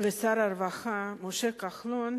לשר הרווחה משה כחלון